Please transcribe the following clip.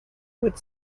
would